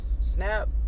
snap